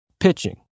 pitching